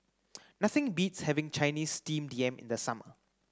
Nothing beats having Chinese steamed yam in the summer